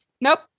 nope